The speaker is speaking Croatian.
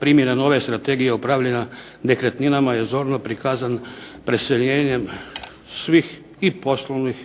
Primjena nove Strategije upravljanja nekretninama je zorno prikazana preseljenjem svih i poslovnih